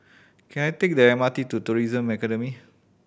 can I take the M R T to Tourism Academy